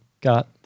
got